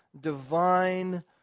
divine